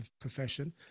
profession